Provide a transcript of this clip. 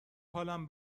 حالم